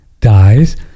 dies